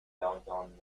downtown